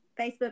Facebook